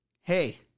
hey